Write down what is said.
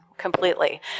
completely